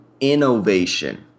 innovation